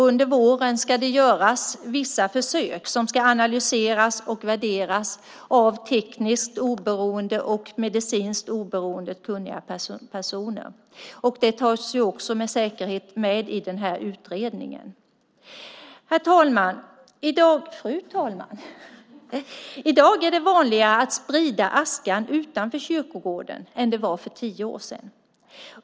Under våren ska det göras vissa försök som ska analyseras och värderas av tekniskt och medicinskt oberoende kunniga personer. Det tas med säkerhet med i utredningen. Fru talman! I dag är det vanligare att sprida askan utanför kyrkogården än det var för tio år sedan.